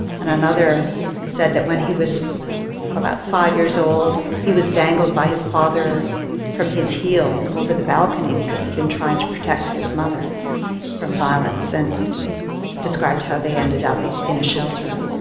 and another said that when he was about five years old he was dangled by his father from his heels over the balcony because he had been trying to protect his mother from violence, and described how they ended up in a shelter.